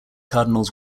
cardinals